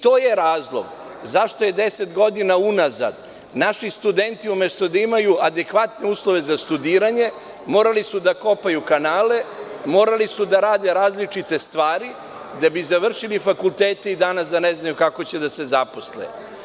To je razlog zašto su 10 godina unazad naši studenti, umesto da imaju adekvatne uslove za studiranje, morali da kopaju kanale, da rade različite stvari da bi završili fakultete i danas da ne znaju kako će da se zaposle.